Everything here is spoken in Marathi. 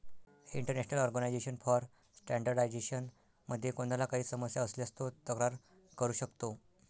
इंटरनॅशनल ऑर्गनायझेशन फॉर स्टँडर्डायझेशन मध्ये कोणाला काही समस्या असल्यास तो तक्रार करू शकतो